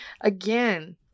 again